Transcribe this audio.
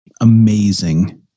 amazing